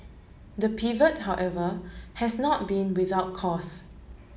the pivot however has not been without cost